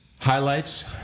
Highlights